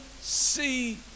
see